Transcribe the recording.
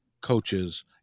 coaches